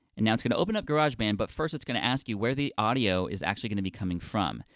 and now it's gonna open up garageband, but first it's gonna ask you where the audio is actually gonna be coming from.